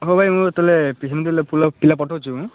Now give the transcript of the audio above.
ହଁ ଭାଇ ମୁଁ ସେତେବେଳେ ପିଲା ପଠଉଛି ମୁଁ